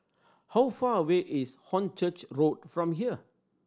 how far away is Hornchurch Road from here